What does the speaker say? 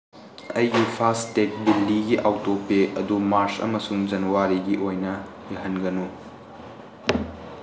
ꯑꯩꯒꯤ ꯐꯥꯁꯇꯦꯛ ꯕꯤꯂꯤꯒꯤ ꯑꯥꯎꯇꯣꯄꯦ ꯑꯗꯨ ꯃꯥꯔꯁ ꯑꯃꯁꯨꯡ ꯖꯅꯋꯥꯔꯤꯒꯤ ꯑꯣꯏꯅ ꯌꯥꯍꯟꯒꯅꯨ